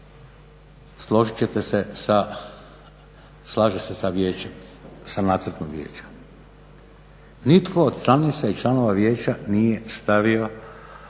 sa Vijećem, sa nacrtom vijeća. Nitko od članica i članova vijeća nije stavio